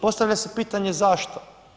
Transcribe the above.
Postavlja se pitanje zašto.